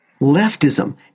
Leftism